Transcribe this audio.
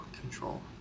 control